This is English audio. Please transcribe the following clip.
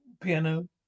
piano